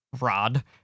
Rod